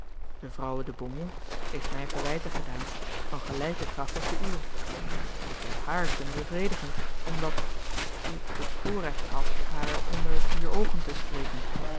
de vrouwe de beaumont heeft mij verwijten gedaan van gelijke kracht als de uwen ik heb haar kunnen bevredigen omdat ik het voorrecht had haar onder vier oogen te spreken